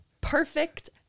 perfect